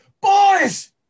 Boys